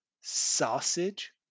Sausage